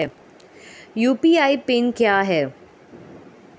UPI PIN क्या है?